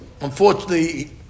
unfortunately